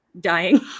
dying